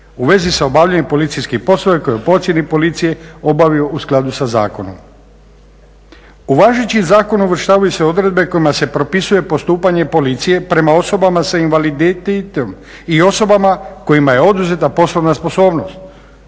u vezi sa obavljanjem policijskih poslova koji u … policije obavio u skladu sa zakonom. U važeći zakon uvrštavaju se odredbe kojima se propisuje postupanje policije prema osobama sa invaliditetom i osobama kojima je oduzeta poslovna sposobnost.